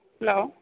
hello